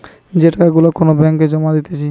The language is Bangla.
যে টাকা গুলা কোন ব্যাঙ্ক এ যদি জমা দিতেছে